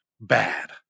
bad